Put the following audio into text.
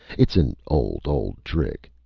it's an old, old trick!